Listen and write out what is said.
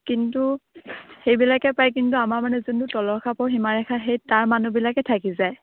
কিন্তু সেইবিলাকে পায় কিন্তু আমাৰ মানে যোনটো তলৰ খাপৰ সীমাৰেখাৰ সেই তাৰ মানুহবিলাকে থাকি যায়